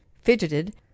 fidgeted